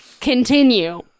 Continue